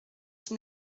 qui